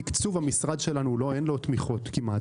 תקצוב המשרד שלנו אין לו תמיכות כמעט,